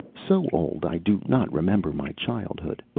so old i do not remember my childhood.